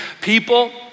people